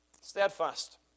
Steadfast